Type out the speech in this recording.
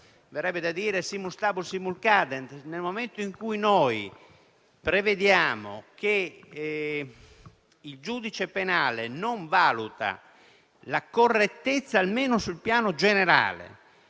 Verrebbe da dire: *simul stabunt vel simul cadent*. Nel momento in cui noi prevediamo che il giudice penale non valuti la correttezza, almeno sul piano generale,